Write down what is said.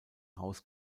haus